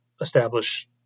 establish